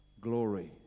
glory